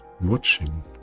watching